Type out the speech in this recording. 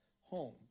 home